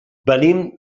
venim